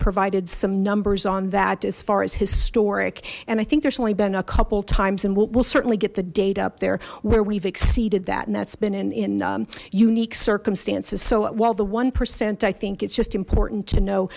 provided some numbers on that as far as historic and i think there's only been a couple times and we'll certainly get the data up there where we've exceeded that and that's been in in unique circumstances so while the one percent i think it's just important to know